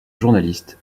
journalistes